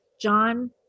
John